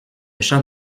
champ